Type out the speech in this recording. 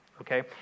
Okay